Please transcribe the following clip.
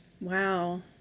Wow